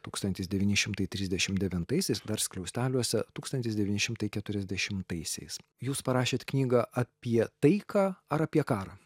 tūkstantis devyni šimtai trisdešim devintaisiais dar skliausteliuose tūkstantis devyni šimtai keturiasdešimtaisiais jūs parašėt knygą apie taiką ar apie karą